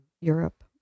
Europe